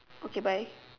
okay bye